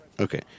Okay